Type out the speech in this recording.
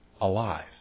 alive